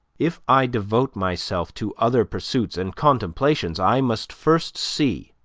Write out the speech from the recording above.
if i devote myself to other pursuits and contemplations, i must first see,